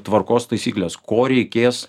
tvarkos taisyklės ko reikės